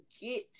get